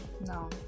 No